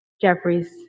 Jeffries